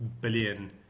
billion